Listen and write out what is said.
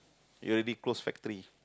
we already close factory